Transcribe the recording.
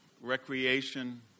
recreation